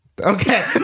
Okay